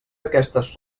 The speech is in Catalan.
aquestes